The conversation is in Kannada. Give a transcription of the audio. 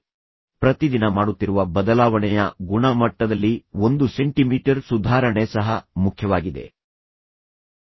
ಅದರ ಮೇಲೆ ಸುಧಾರಣೆ ನೀವು ಪ್ರತಿದಿನ ಮಾಡುತ್ತಿರುವ ಬದಲಾವಣೆಯ ಗುಣಮಟ್ಟದಲ್ಲಿ ಒಂದು ಸೆಂಟಿಮೀಟರ್ ಸುಧಾರಣೆ ಸಹ ಮುಖ್ಯವಾಗಿದೆ ಪ್ರತಿದಿನ ಸ್ವಲ್ಪಮಟ್ಟಿಗೆ